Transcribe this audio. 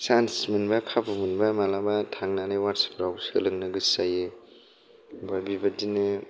chance मोन्बा खाबु मोनबा मालाबा थांनानै वार्कशपाव सोलोंनो गोसो जायो ओमफ्राय बेबायदिनो